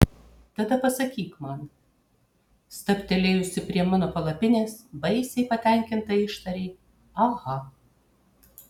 tada pasakyk man stabtelėjusi prie mano palapinės baisiai patenkinta ištarei aha